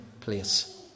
place